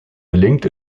gelingt